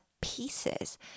pieces